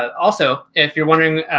also, if you're wondering,